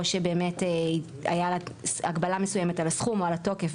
או שבאמת הייתה לה הגבלה מסוימת על הסכום או על התוקף,